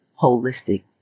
holistic